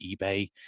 eBay